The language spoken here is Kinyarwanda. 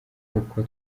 kuko